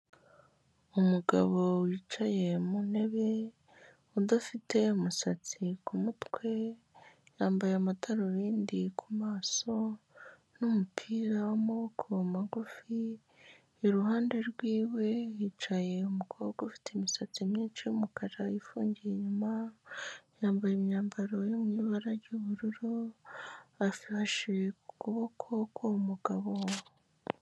Umugabo wicaye mu ntebe, udafite umusatsi ku mutwe, yambaye amadarubindi ku maso n'umupira w'amaboko magufi, iruhande rwiwe hicaye umukobwa ufite imisatsi myinshi y'umukara ifungiye inyuma, yambaye imyambaro yo mu ibara ry'ubururu, afashe ku kuboko k'uwo mugabo.